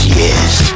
yes